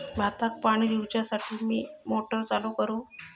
भाताक पाणी दिवच्यासाठी मी मोटर चालू करू?